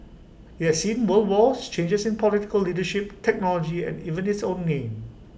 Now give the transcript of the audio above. IT has seen world wars changes in political leadership technology and even its own name